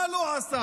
מה לא עשה.